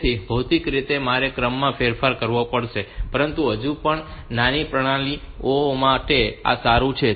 તેથી ભૌતિક રીતે મારે ક્રમમાં ફેરફાર કરવો પડશે પરંતુ હજુ પણ નાની પ્રણાલીઓ માટે આ સારું છે